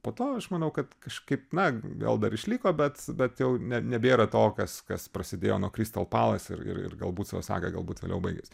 po to aš manau kad kažkaip na gal dar išliko bet bet jau ne nebėra to kas kas prasidėjo nuo kristal palas ir ir ir galbūt su osaga galbūt vėliau baigės